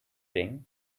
ring